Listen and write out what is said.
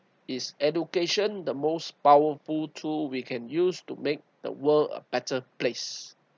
is education the most powerful tool we can use to make the world a better place